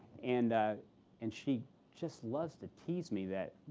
and and she just loves to tease me that,